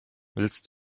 willst